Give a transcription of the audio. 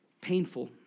painful